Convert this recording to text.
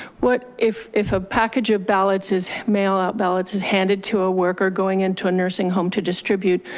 what if, if a package of ballots is, mail out ballots, is handed to a worker going into a nursing home to distribute,